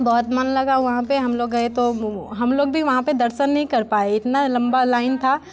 बहुत मन लगा वहाँ पे हम लोग गए तो हम लोग भी वहाँ पे दर्शन नहीं कर पाए इतना लंबा लाइन था